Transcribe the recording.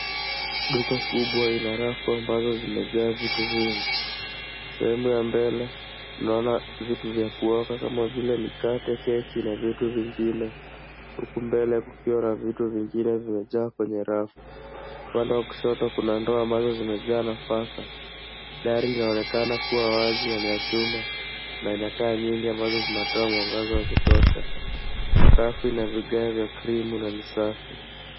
Duka kubwa ina rafu ambazo zimejaa vitu vingi. Sehemu ya mbele tunaona vitu vya unga kama vile mikate, keki na vitu vingine huku mbele kukiwa na vitu vingine vimejaa kwenye rafu. Upande wa kushoto kuna ndoo ambazo zimejaa nafaka. Dari linaoneka kuwa wazi na ni ya chuma na ina taa nyingi ambazo zinatoa mwangaza wa kutosha. Sakafu ina vigae vya krimu na ni safi.